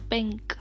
Pink